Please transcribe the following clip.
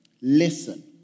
listen